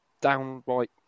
downright